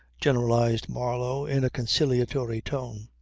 generalized marlow in a conciliatory tone.